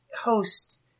host